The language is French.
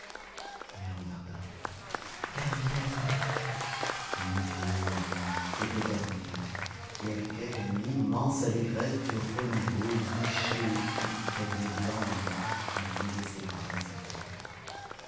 lui regarda gabrielle mon dieu oui c'était gabrielle et avec elle l'immense allégresse du renouveau nichée aux plis du damier blanc et noir qui moulait ses bras et sa taille